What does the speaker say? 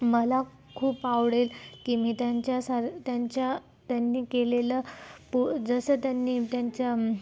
मला खूप आवडेल की मी त्यांच्या सार त्यांच्या त्यांनी केलेलं पो जसं त्यांनी त्यांच्या